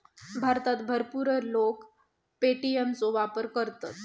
भारतात भरपूर लोक पे.टी.एम चो वापर करतत